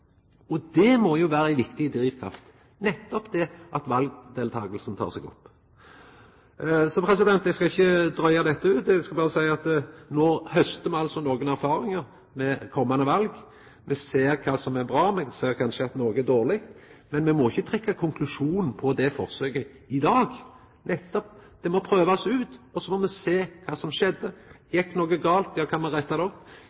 og det må jo vera ei viktig drivkraft, nettopp det at valdeltakinga tek seg opp. Eg skal ikkje dryga dette ut. Eg skal berre seia at no haustar me altså nokre erfaringar til komande val. Me ser kva som er bra, me ser kanskje at noko er dårleg, men me må ikkje trekkja konklusjonen på det forsøket i dag. Det må nettopp prøvast ut, og så må me sjå kva som skjedde. Gjekk noko gale, ja kan me retta det opp?